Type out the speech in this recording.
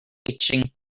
itching